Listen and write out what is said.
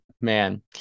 man